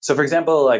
so for example, like